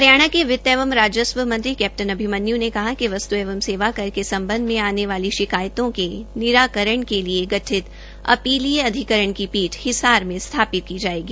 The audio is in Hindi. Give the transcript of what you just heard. हरियाणा के वित्त एवं राजस्व मंत्री कैप्टन अभिमन्यु ने कहा कि वस्तु एवं सेवा कर के संबंध में आने वाली शिकायतों के निराकरण के लिए गठित अपीलीय अधिकरण की पीठ हिसार में स्थापित की जायेगी